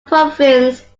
province